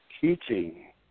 teaching